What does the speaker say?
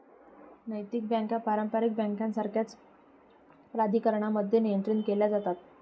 नैतिक बँका पारंपारिक बँकांसारख्याच प्राधिकरणांद्वारे नियंत्रित केल्या जातात